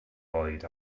oed